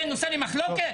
זה נושא למחלוקת?